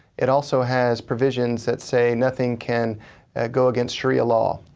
it also has provisions that say nothing can go against sharia law.